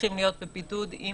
אני